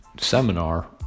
seminar